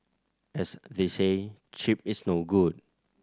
as they say cheap is no good